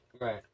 Right